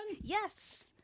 Yes